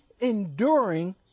enduring